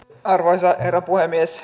arvoisa herra puhemies